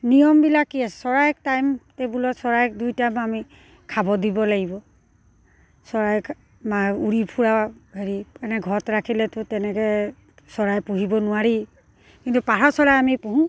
নিয়মবিলাক কি আছে চৰাইক টাইম টেবুলত চৰাইক দুই টাইম আমি খাব দিব লাগিব চৰাইক আমাৰ উৰি ফুৰা হেৰি মানে ঘৰত ৰাখিলেতো তেনেকৈ চৰাই পুহিব নোৱাৰি কিন্তু পাৰ চৰাই আমি পোহোঁ